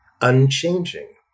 unchanging